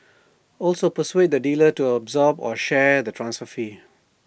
also persuade the dealer to absorb or share the transfer fee